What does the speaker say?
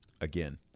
again